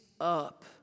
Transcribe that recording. up